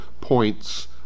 points